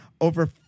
over